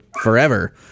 forever